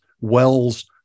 wells